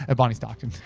ah bonnie stalked him.